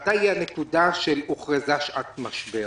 מתי היא הנקודה שהוכרזה שעת משבר.